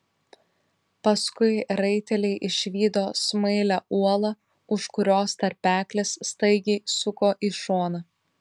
paskui raiteliai išvydo smailią uolą už kurios tarpeklis staigiai suko į šoną